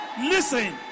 Listen